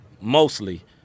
mostly